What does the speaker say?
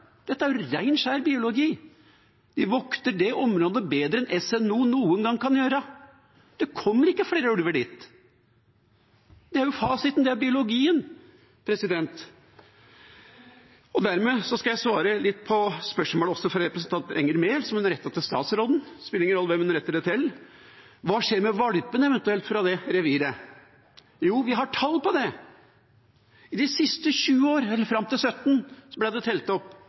Dette er rein og skjær biologi, de vokter det området bedre enn SNO noen gang kan gjøre. Det kommer ikke flere ulver dit – det er fasiten, det er biologien. Dermed skal jeg også svare litt på spørsmålet som representanten Enger Mehl rettet til statsråden – det spiller ingen rolle hvem hun rettet det til: Hva skjer eventuelt med valpene fra det reviret? Vi har tall på det. De siste 20 år, eller fram til 2017, ble det telt opp.